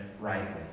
rightly